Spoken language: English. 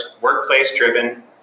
workplace-driven